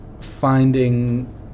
finding